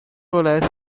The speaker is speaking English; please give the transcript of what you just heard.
allows